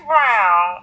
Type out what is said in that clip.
Brown